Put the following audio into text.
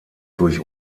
durch